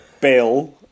Bill